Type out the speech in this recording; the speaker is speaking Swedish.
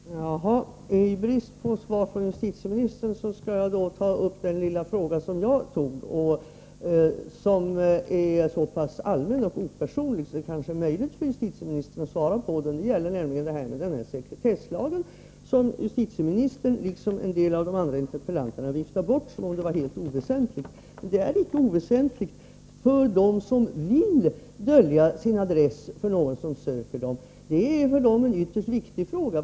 Herr talman! I brist på svar från justitieministern skall jag gå vidare med den lilla fråga som jag tog upp. Den är så pass allmän och opersonlig att det kanske är möjligt för justitieministern att svara på den. Frågan gäller den sekretesslag som justitieministern, liksom en del av de andra interpellanterna, viftar bort som om den vore helt oväsentlig. Men sekretesslagen är inte oväsentlig för dem som vill dölja sin adress för någon som söker dem. Det är för dem en ytterst viktig fråga.